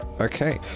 Okay